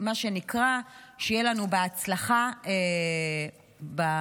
מה שנקרא, שיהיה לנו בהצלחה בדרכים.